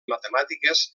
matemàtiques